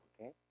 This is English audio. okay